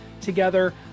together